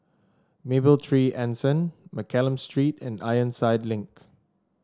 Mapletree Anson Mccallum Street and Ironside Link